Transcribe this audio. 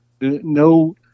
no